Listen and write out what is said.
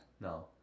No